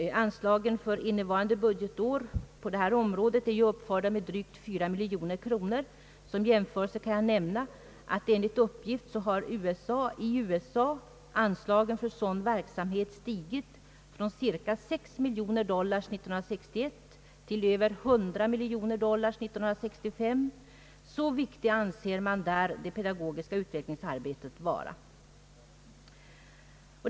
Anslagen för innevarande budgetår på detta område är ju uppförda med drygt 4 miljoner kronor. Som jämförelse kan jag nämna att anslagen i USA för sådan verksamhet enligt uppgift har stigit från cirka 6 miljoner dollars 1961 till över 100 miljoner dollars 1965 — så viktigt anser man där det pedagogiska utvecklingsarbetet vara.